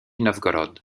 novgorod